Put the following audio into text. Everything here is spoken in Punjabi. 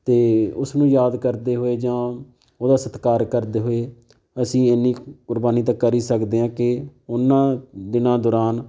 ਅਤੇ ਉਸਨੂੰ ਯਾਦ ਕਰਦੇ ਹੋਏ ਜਾਂ ਉਹਦਾ ਸਤਿਕਾਰ ਕਰਦੇ ਹੋਏ ਅਸੀਂ ਇੰਨੀ ਕੁ ਕੁਰਬਾਨੀ ਤਾਂ ਕਰ ਹੀ ਸਕਦੇ ਹਾਂ ਕਿ ਉਹਨਾਂ ਦਿਨਾਂ ਦੌਰਾਨ